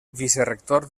vicerector